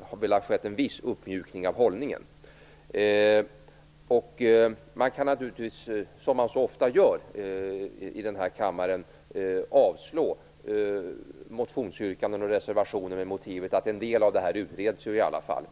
har skett en viss uppmjukning i hållningen. Man kan naturligtvis, som man så ofta gör i kammaren, avslå motionsyrkanden och reservationer med motiveringen att en del av detta ändå utreds.